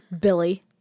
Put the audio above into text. Billy